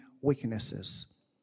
weaknesses